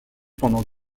pendant